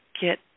get